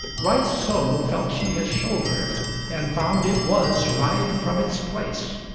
right so felt she his shoulder and found it was wried from its place.